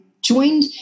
joined